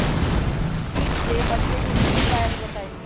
कीट से बचे के की उपाय हैं बताई?